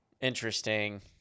Interesting